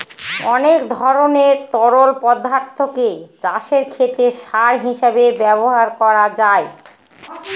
অনেক ধরনের তরল পদার্থকে চাষের ক্ষেতে সার হিসেবে ব্যবহার করা যায়